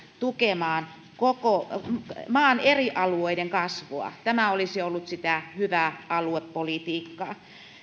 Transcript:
tukemaan maan eri alueiden kasvua tämä olisi ollut sitä hyvää aluepolitiikkaa